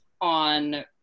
on